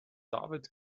david